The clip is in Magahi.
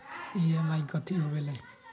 ई.एम.आई कथी होवेले?